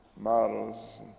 models